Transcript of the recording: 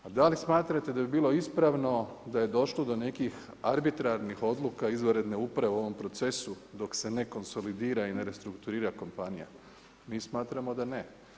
A da li smatrate da bi bilo ispravno da je došlo do nekih arbitrarnih odluka izvanredne uprave u ovom procesu dok se nekom solidira i ne restrukturira kompanija, mi smatramo da ne.